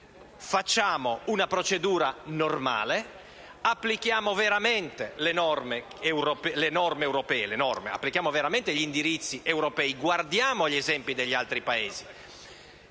facciamo una procedura normale; applichiamo veramente gli indirizzi europei; guardiamo agli esempi degli altri Paesi.